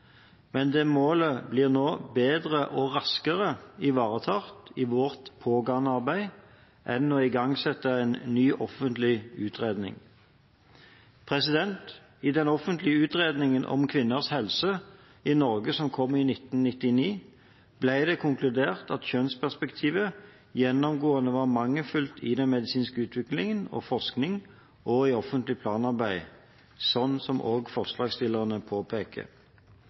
Men dette målet blir nå bedre og raskere ivaretatt i vårt pågående arbeid enn det ville blitt ved å igangsette en ny offentlig utredning. I den offentlige utredningen om kvinners helse i Norge, som kom i 1999, ble det konkludert at kjønnsperspektivet gjennomgående var mangelfullt i den medisinske utviklingen, i forskningen og i offentlig planarbeid – slik også forslagsstillerne påpeker.